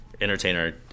entertainer